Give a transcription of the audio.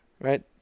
right